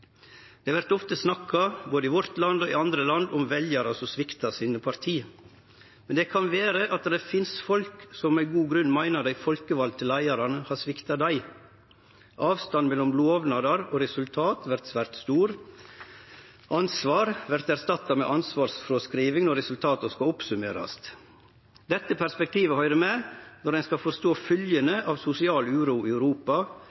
kan vere at det finst folk som med god grunn meiner at dei folkevalde leiarane har svikta dei. Avstanden mellom lovnader og resultat vert svært stor, og ansvar vert erstatta med ansvarsfråskriving når resultata skal oppsummerast. Dette perspektivet høyrer med når ein skal forstå følgjene av sosial uro i Europa,